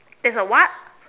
there's a what